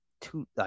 two